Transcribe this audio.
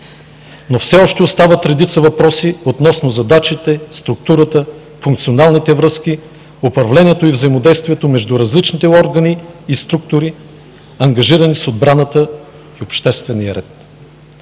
Все още остават редица въпроси относно задачите, структурата, функционалните връзки, управлението и взаимодействието между различните органи и структури, ангажирани с отбраната и обществения ред.